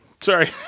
Sorry